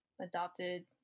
adopted